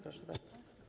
Proszę bardzo.